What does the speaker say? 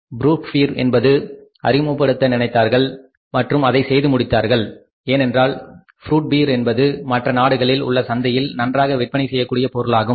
fruit beer என்பதை அறிமுகப்படுத்த நினைத்தார்கள் மற்றும் அதை செய்து முடித்தார்கள் ஏனென்றால் ஃப்ரூட் பீர் என்பது மற்ற நாடுகளில் உள்ள சந்தையில் நன்றாக விற்பனை செய்யக்கூடிய பொருளாகும்